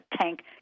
tank